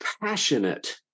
passionate